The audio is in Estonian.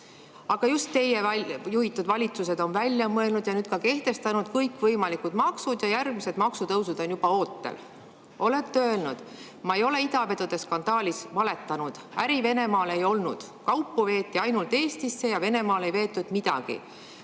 Aga just teie juhitud valitsused on välja mõelnud ja nüüd ka kehtestanud kõikvõimalikud maksud ja järgmised maksutõusud on juba ootel. Olete öelnud: "Ma ei ole idavedude skandaalis valetanud. Äri Venemaal ei olnud, kaupu veeti ainult Eestisse ja Venemaale ei veetud midagi."